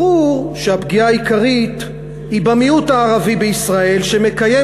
ברור שהפגיעה העיקרית היא במיעוט הערבי בישראל שמקיים